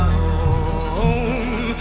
home